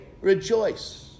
rejoice